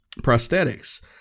prosthetics